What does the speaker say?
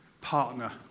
partner